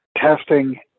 testing